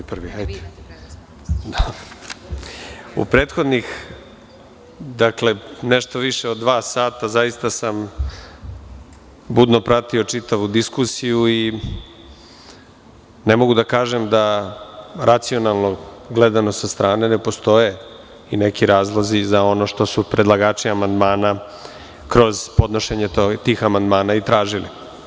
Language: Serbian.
U prethodnih nešto više od dva sata sam budno pratio čitavu diskusiju i ne mogu da kažem da racionalno, gledano sa strane, ne postoje i neki razlozi za ono što su predlagači amandmana, kroz podnošenje tih amandmana, i tražili.